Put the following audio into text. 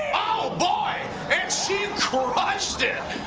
oh, boy! and she crushed it!